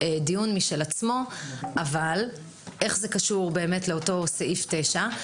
דיון משל עצמו אבל איך זה קשור לאותו סעיף 9?